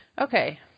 okay